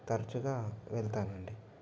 తరచుగా వెళ్తాను అండి